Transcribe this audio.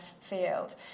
field